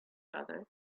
other